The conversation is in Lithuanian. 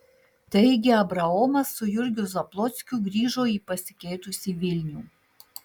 taigi abraomas su jurgiu zablockiu grįžo į pasikeitusį vilnių